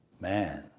Man